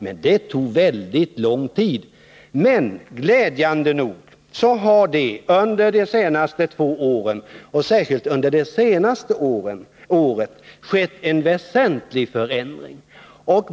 Men det tog väldigt lång tid. Glädjande nog har det under de senaste två åren, och särskilt under det senaste året, skett en väsentlig förändring.